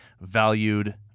valued